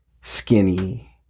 skinny